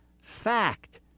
fact